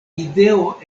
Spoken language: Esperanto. ideo